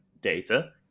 data